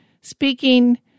speaking